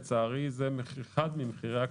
לצערי זה אחד ממחירי הקורונה.